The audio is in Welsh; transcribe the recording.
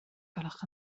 gwelwch